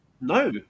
No